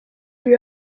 lui